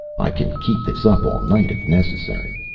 i can keep this up all night, if necessary!